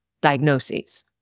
diagnoses